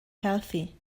healthy